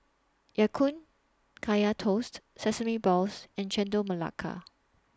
Ya Kun Kaya Toast Sesame Balls and Chendol Melaka